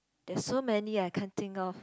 there's so many I can't think of